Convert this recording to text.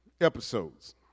episodes